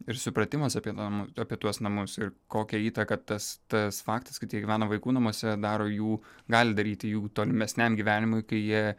ir supratimas apie namą apie tuos namus ir kokią įtaką tas tas faktas kad jie gyveno vaikų namuose daro jų gali daryti jų tolimesniam gyvenimui kai jie